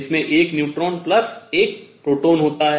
जिसमें 1 neutron plus 1 proton होता है